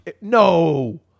No